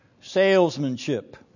salesmanship